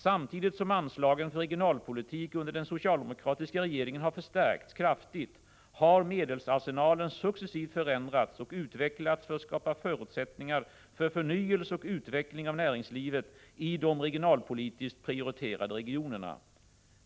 Samtidigt som anslagen för regionalpolitik under den socialdemokratiska regeringen har förstärkts kraftigt, har medelsarsenalen successivt förändrats och utvecklats för att skapa förutsättningar för förnyelse och utveckling av näringslivet i de regionalpolitiskt prioriterade regionerna.